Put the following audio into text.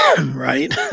Right